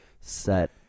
set